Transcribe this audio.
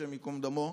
השם ייקום דמו,